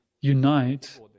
unite